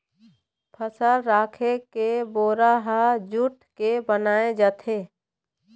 फसल राखे के बोरा ह जूट के बनाए जाथे